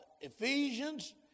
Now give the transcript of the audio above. Ephesians